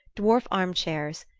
dwarf armchairs,